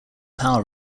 power